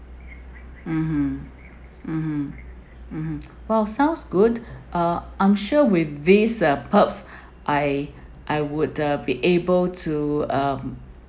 mmhmm mmhmm mmhmm !wow! sounds good ah I'm sure with these uh perks I I would uh be able to um